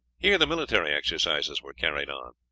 here the military exercises were carried on.